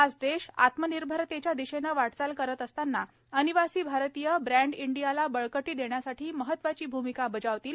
आज देश आत्मनिर्भरतेच्या दिशेने वाटचाल करत असतांना अनिवासी भारतीय ब्रँड इंडियाला बळकटी देण्यासाठी महत्वाची भूमिका बजावतील